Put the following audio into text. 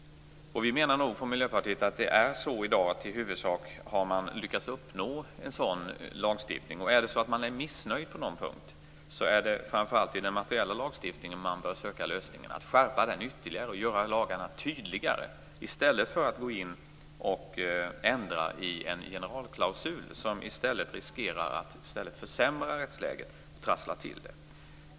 Vi från Miljöpartiet menar att man i dag i huvudsak har lyckats uppnå en sådan lagstiftning. Om man är missnöjd på någon punkt är det framför allt i den materiella lagstiftningen som man bör söka lösningar genom att skärpa den ytterligare och göra lagarna tydligare i stället för att gå in och ändra i en generalklausul, vilket i stället riskerar att försämra rättsläget och trassla till det.